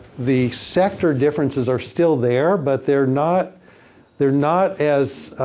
the sector differences are still there, but they're not they're not as,